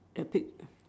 the pic